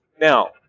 Now